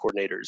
coordinators